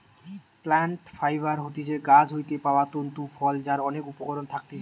plant fibre হতিছে গাছ হইতে পাওয়া তন্তু ফল যার অনেক উপকরণ থাকতিছে